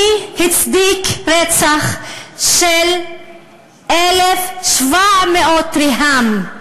מי הצדיק רצח של 1,700 ריהאם,